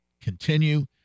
continue